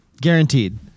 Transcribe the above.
Guaranteed